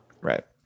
Right